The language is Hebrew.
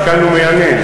הקול בא ממעמקים.